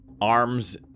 arms